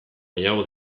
gehiago